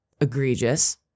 egregious